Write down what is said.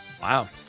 Wow